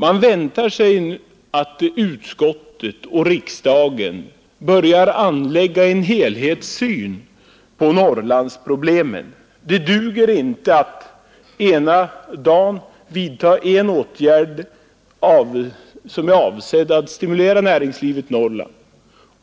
Det är angeläget att utskottet och riksdagen börjar anlägga en helhetssyn på Norrlandsproblemen, Det duger inte att ena gången vidta en åtgärd, som är avsedd att stimulera näringslivet i Norrland,